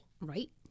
Right